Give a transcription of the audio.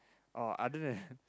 oh other than